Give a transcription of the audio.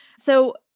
so,